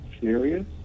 serious